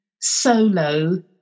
solo